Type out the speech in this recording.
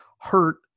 hurt